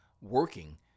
working